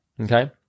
Okay